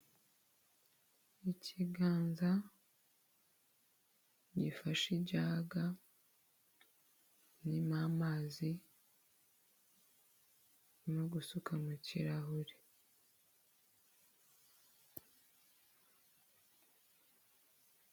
Ikiganza gifashe ijage irimo amazi, arimo gusuka mu kirahure.